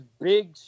big